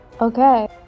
Okay